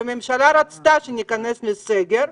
הממשלה רצתה שניכנס לסגר,